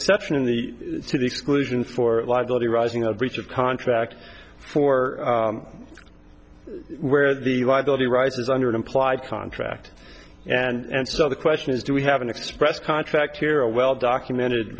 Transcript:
exception in the to the exclusion for liability arising of breach of contract for where the liability rises under an implied contract and so the question is do we have an expressed contract here a well documented